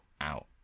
out